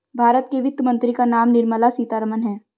भारत के वित्त मंत्री का नाम निर्मला सीतारमन है